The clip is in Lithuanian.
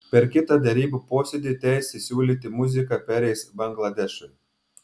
per kitą derybų posėdį teisė siūlyti muziką pereis bangladešui